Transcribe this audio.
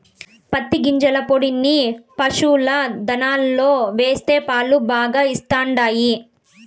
పత్తి గింజల పొడి పశుల దాణాలో వేస్తే పాలు బాగా ఇస్తండాయి